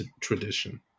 tradition